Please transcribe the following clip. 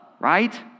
right